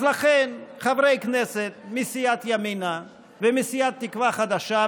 לכן חברי כנסת מסיעת ימינה ומסיעת תקווה חדשה,